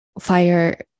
fire